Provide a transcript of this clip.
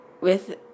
with-